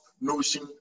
notion